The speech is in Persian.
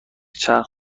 کرایه